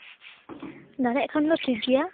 ᱫᱟᱲᱮᱭᱟᱜ ᱠᱷᱟᱱ ᱫᱚ ᱴᱷᱤᱠᱜᱮᱭᱟ